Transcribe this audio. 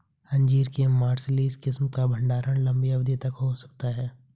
अंजीर के मार्सलीज किस्म का भंडारण लंबी अवधि तक हो सकता है